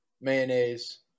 mayonnaise